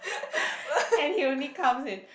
and he only comes in